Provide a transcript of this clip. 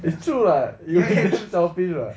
it's true [what] really you so selfish [what]